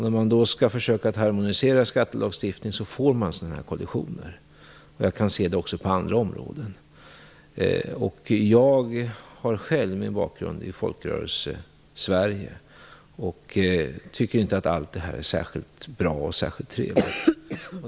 När man då skall försöka att harmonisera skattelagstiftningen uppstår sådana här kollisioner. Jag kan se detta också på andra områden. Jag har själv min bakgrund i Folkrörelsesverige och tycker inte att allt detta är särskilt bra och särskilt trevligt.